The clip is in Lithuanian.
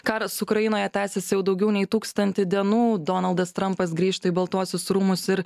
karas ukrainoje tęsiasi jau daugiau nei tūkstantį dienų donaldas trampas grįžta į baltuosius rūmus ir